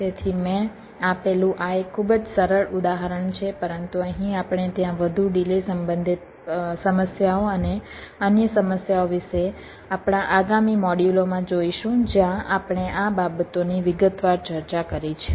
તેથી મેં આપેલું આ એક ખૂબ જ સરળ ઉદાહરણ છે પરંતુ અહીં આપણે ત્યાં વધુ ડિલે સંબંધિત સમસ્યાઓ અને અન્ય સમસ્યાઓ વિશે આપણા આગામી મોડ્યુલોમાં જોઈશું જ્યાં આપણે આ બાબતોની વિગતવાર ચર્ચા કરી છે